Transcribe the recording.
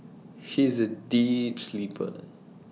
she is A deep sleeper